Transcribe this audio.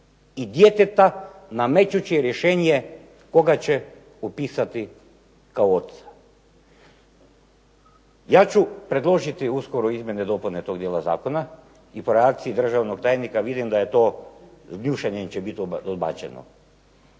i djeteta namećući rješenje koga će upisati kao oca. Ja ću predložiti uskoro izmjene dopune tog dijela zakona i po reakciji državnog tajnika vidim da je to s gnušanjem će biti odbačeno.